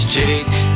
take